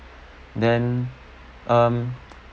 then um